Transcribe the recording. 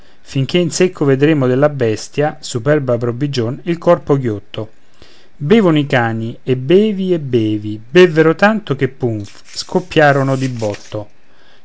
finché in secco vedremo della bestia superba provvigion il corpo ghiotto bevono i cani e bevi e bevi bevvero tanto che punf scoppiarono di botto